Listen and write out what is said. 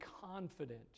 confident